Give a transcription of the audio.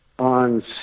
On